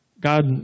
God